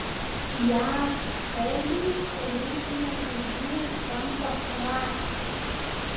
jav šauliui olimpinės žaidynės tampa prakeiksmu